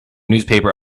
newspaper